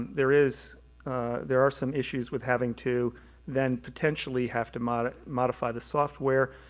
there is there are some issues with having to then potentially have to modify modify the software,